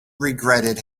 regretted